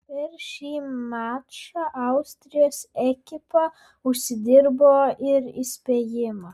per šį mačą austrijos ekipa užsidirbo ir įspėjimą